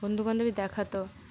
বন্ধু বান্ধবী দেখাত